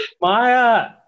Maya